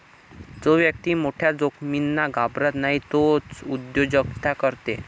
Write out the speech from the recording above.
जो व्यक्ती मोठ्या जोखमींना घाबरत नाही तोच उद्योजकता करते